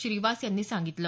श्रिवास यांनी सांगितलं